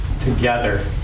together